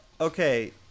Okay